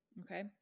okay